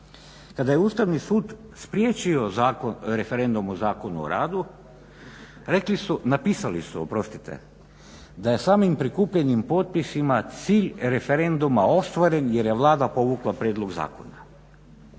Kada je Ustavni sud spriječio referendum o Zakonu o radu napisali su da je samim prikupljanjem potpisa cilj referenduma ostvaren jer je Vlada povukla prijedlog zakona.